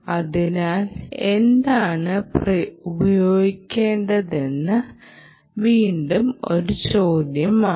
അതിനാൽ ഏതാണ് ഉപയോഗിക്കേണ്ടത് എന്നത് വീണ്ടും ഒരു ചോദ്യമാണ്